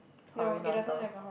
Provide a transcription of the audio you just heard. horizontal